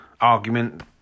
Argument